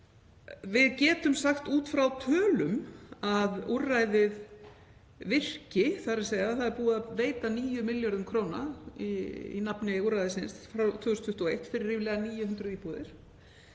Við getum sagt út frá tölum að úrræðið virki, þ.e. það er búið að veita 9 milljarða króna í nafni úrræðisins frá 2021 fyrir ríflega 900 íbúðir.